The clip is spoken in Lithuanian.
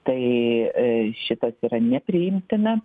tai šitas yra nepriimtina